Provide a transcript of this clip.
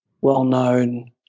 well-known